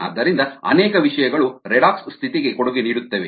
ಆದ್ದರಿಂದ ಅನೇಕ ವಿಷಯಗಳು ರೆಡಾಕ್ಸ್ ಸ್ಥಿತಿಗೆ ಕೊಡುಗೆ ನೀಡುತ್ತವೆ